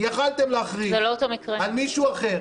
יכולתם להכריז על מישהו אחר.